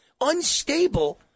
unstable